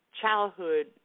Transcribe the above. childhood